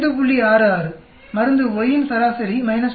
66 மருந்து Yஇன் சராசரி 14